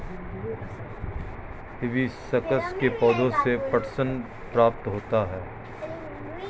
hibiscus के पौधे से पटसन प्राप्त होता है